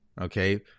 okay